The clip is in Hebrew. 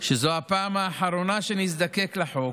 שזו הפעם האחרונה שנזדקק לחוק.